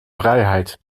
vrijheid